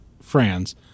France